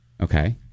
Okay